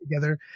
together